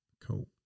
Cool